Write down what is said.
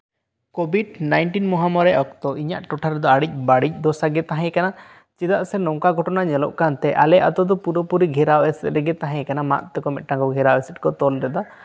covid nineteen ᱢᱚᱦᱟᱢᱟᱨᱤ ᱚᱠᱛᱚ ᱤᱧᱟᱹᱜ ᱴᱚᱴᱷᱟ ᱨᱮᱫᱚ ᱟ ᱰᱤ ᱵᱟ ᱲᱤᱡ ᱫᱚᱥᱟ ᱜᱮ ᱛᱟᱦᱮᱸᱠᱟᱱᱟ ᱪᱮᱫᱟᱜ ᱥᱮ ᱱᱚᱝᱠᱟᱱ ᱜᱷᱚᱴᱚᱱᱟ ᱧᱮᱞᱚᱜ ᱠᱟᱱ ᱛᱟᱦᱮᱸᱠᱟᱱᱟ ᱟᱞᱮ ᱟᱛᱳ ᱫᱚ ᱯᱩᱨᱟᱹᱯᱩᱨᱤ ᱜᱷᱮᱨᱟᱣ ᱮᱥᱮᱫ ᱜᱮ ᱛᱟᱦᱮᱸᱠᱟᱱᱟ ᱢᱟᱫ ᱛᱮᱠᱚ ᱢᱤᱫᱴᱟᱝ ᱜᱷᱮᱨᱟᱣ ᱮᱥᱮᱫ ᱠᱚ ᱛᱚᱞ ᱞᱮᱫᱟᱭ